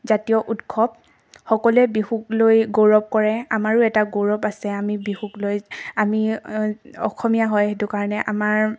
জাতীয় উৎসৱ সকলোৱে বিহুক লৈ গৌৰৱ কৰে আমাৰো এটা গৌৰৱ আছে আমি বিহুক লৈ আমি অসমীয়া হয় সেইটো কাৰণে আমাৰ